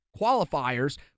qualifiers